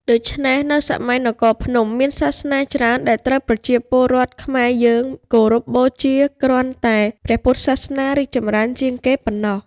ដូច្នេះនៅសម័យនគរភ្នំ មានសាសនាច្រើនដែលត្រូវប្រជាពលរដ្ឋខ្មែរយើង គោរពបូជាគ្រាន់តែព្រះពុទ្ធសាសនារីកចម្រើនជាងគេប៉ុណ្ណោះ ។